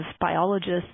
biologists